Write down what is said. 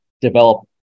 develop